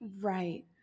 Right